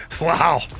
Wow